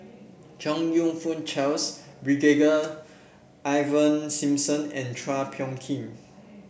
Chong You Fook Charles Brigadier Ivan Simson and Chua Phung Kim